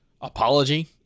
apology